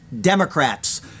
Democrats